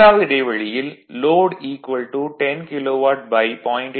இரண்டாவது இடைவெளியில் load 10 kilowatt